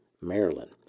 Maryland